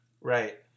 Right